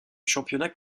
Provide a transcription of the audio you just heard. championnat